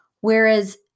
Whereas